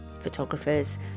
photographers